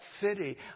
city